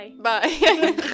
Bye